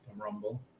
Rumble